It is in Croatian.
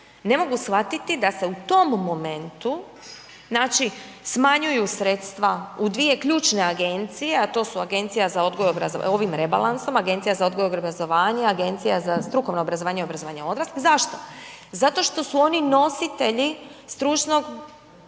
ne mogu shvatiti da se u tom momentu, znači smanjuju sredstva u dvije ključne agencije, a to su Agencija za odgoj i obrazovanje, ovim rebalansom, Agencija za odgoj i obrazovanje, Agencija za strukovno obrazovanje i obrazovanje odraslih, zašto? Zato što su oni nositelji stručnog